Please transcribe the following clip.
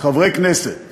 כחברי הכנסת